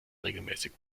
regelmäßig